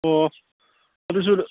ꯑꯣ ꯑꯗꯨꯁꯨ